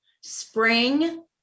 Spring